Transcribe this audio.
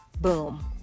boom